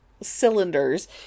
cylinders